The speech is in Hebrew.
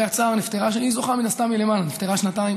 למרבה הצער היא נפטרה שנתיים